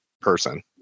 person